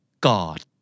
God